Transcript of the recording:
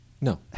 No